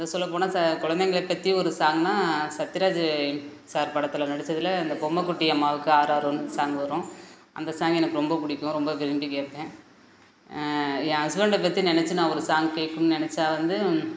இந்த சொல்லப்போனால் ச குலந்தைங்கள பற்றி ஒரு சாங்ன்னா சத்தியராஜ் சார் படத்தில் நடிச்சதில் அந்த பொம்முகுட்டி அம்மாவுக்கு ஆராரோன்னு சாங் வரும் அந்த சாங் எனக்கு ரொம்ப பிடிக்கும் ரொம்ப விரும்பி கேட்பேன் ஏன் ஹஸ்பண்டை பற்றி நினைச்சி நான் ஒரு சாங் கேட்கணுன்னு நினச்சா வந்து